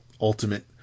ultimate